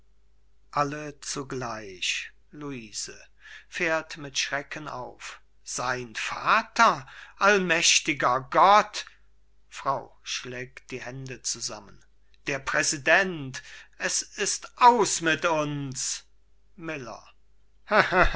sein vater allmächtiger gott frau zugleich schlägt die hände zusammen der präsident es ist aus mit uns miller